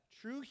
True